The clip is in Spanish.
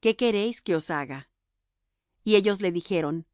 qué queréis que os haga y ellos le dijeron